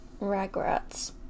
Ragrats